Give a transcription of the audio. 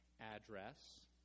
address